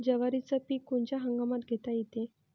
जवारीचं पीक कोनच्या हंगामात घेता येते?